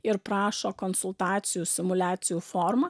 ir prašo konsultacijų simuliacijų forma